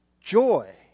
joy